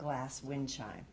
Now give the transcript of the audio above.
glass wind chime